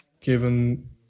given